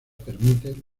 permite